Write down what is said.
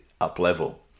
up-level